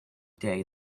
day